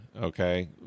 Okay